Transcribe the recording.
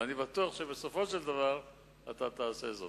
ואני בטוח שבסופו של דבר אתה תעשה זאת.